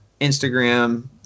Instagram